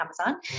Amazon